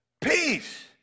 Peace